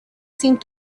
seemed